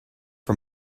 for